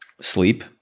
sleep